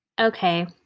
okay